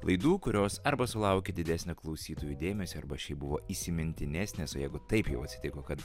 laidų kurios arba sulaukė didesnio klausytojų dėmesio arba šiaip buvo įsimintinesnės o jeigu taip jau atsitiko kad